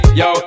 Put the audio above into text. yo